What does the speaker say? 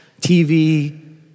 TV